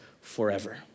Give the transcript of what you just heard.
forever